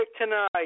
tonight